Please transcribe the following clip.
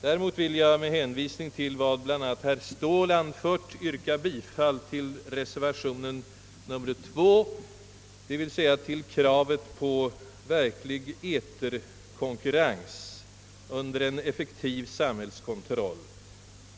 Däremot vill jag med hänvisning till vad bl.a. herr Ståhl tidigare i debatten anfört yrka bifall till reservation nr 2, d.v.s. till kravet på verklig eterkonkurrens under effektiv samhällskontroll.